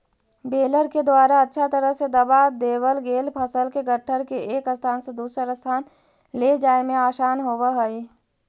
baler के द्वारा अच्छा तरह से दबा देवल गेल फसल के गट्ठर के एक स्थान से दूसर स्थान ले जाए में आसान होवऽ हई